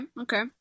okay